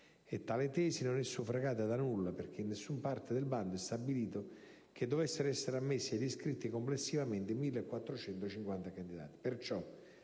tale tesi non è suffragata da nulla, perché in nessuna parte del bando è stabilito che dovessero essere ammessi agli scritti complessivamente 1.450 candidati.